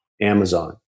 Amazon